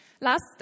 Last